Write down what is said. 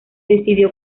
decidió